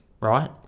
right